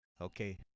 Okay